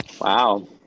Wow